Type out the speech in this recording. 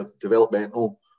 developmental